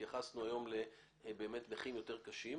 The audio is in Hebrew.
והתייחסנו היום באמת לנכים יותר קשים,